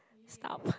stop